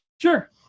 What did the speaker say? Sure